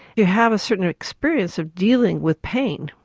you have a certain experience of dealing with pain.